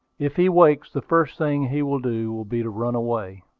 if he wakes, the first thing he will do will be to run away.